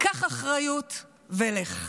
קח אחריות ולך.